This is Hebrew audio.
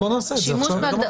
נעשה את זה עכשיו.